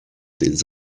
des